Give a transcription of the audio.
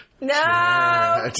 no